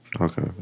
Okay